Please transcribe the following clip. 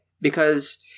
because-